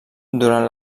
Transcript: durant